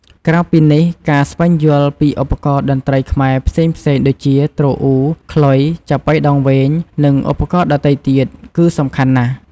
ក្រៅពីនេះ ការស្វែងយល់ពីឧបករណ៍តន្ត្រីខ្មែរផ្សេងៗ ដូចជា ទ្រអ៊ូ ខ្លុយ ចាប៉ីដងវែង និងឧបករណ៍ដទៃទៀត គឺសំខាន់ណាស់។